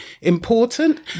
important